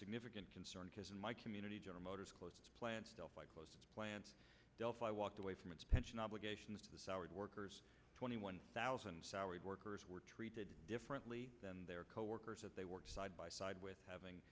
significant concern because in my community general motors closed plants delphi closed plants delphi walked away from its pension obligations to the soured workers twenty one thousand soured workers were treated differently than their coworkers that they work side by side with having